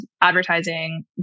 advertising